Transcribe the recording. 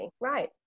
right